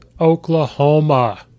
Oklahoma